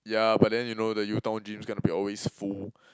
ya but then you know the U-Town gym is gonna be always full